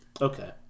Okay